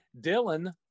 Dylan